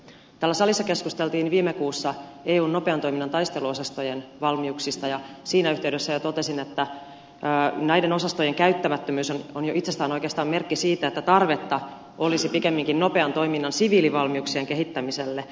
täällä salissa keskusteltiin viime kuussa eun nopean toiminnan taisteluosastojen valmiuksista ja siinä yhteydessä jo totesin että näiden osastojen käyttämättömyys on jo itsessään oikeastaan merkki siitä että tarvetta olisi pikemminkin nopean toiminnan siviilivalmiuksien kehittämiselle